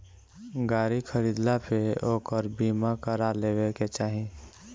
गाड़ी खरीदला पे ओकर बीमा करा लेवे के चाही